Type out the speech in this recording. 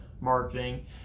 marketing